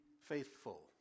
faithful